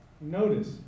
Notice